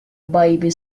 baby